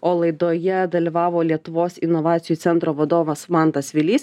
o laidoje dalyvavo lietuvos inovacijų centro vadovas mantas vilys